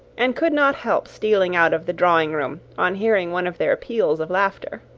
and could not help stealing out of the drawing-room on hearing one of their peals of laughter.